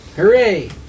Hooray